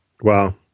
Wow